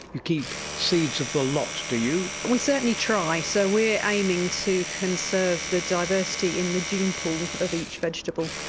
you keep seeds of the lot, do you? we certainly try. so we are aiming to conserve the diversity in the genepool of each vegetable.